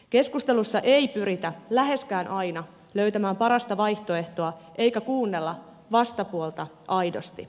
keskustelussa ei pyritä läheskään aina löytämään parasta vaihtoehtoa eikä kuunnella vastapuolta aidosti